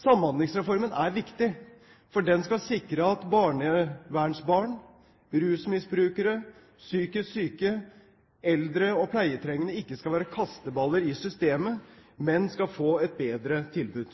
Samhandlingsreformen er viktig, for den skal sikre at barnevernsbarn, rusmisbrukere, psykisk syke, eldre og pleietrengende ikke skal være kasteballer i systemet, men skal få et bedre tilbud.